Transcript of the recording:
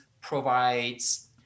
provides